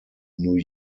new